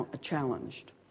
challenged